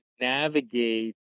navigate